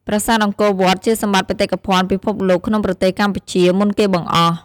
ប្រាសាទអង្គរវត្ត ជាសម្បត្តិបេតិកភណ្ឌពិភពលោកក្នុងប្រទេសកម្ពុជាមុនគេបង្អស់។